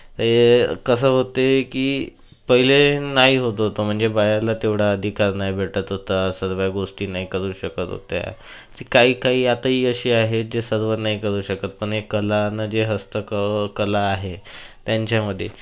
हे कसं होते की पहिले नाही होत होतं म्हणजे बायाला तेवढा अधिकार नाही भेटत होता सर्व गोष्टी नाही करू शकत होत्या काही काही आताही अशी आहे ते सर्व नाही करू शकत पण एक कला म्हणजे हस्तकला आहे त्यांच्यामध्ये